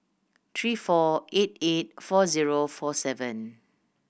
three four eight eight four zero four seven